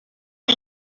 are